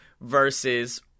versus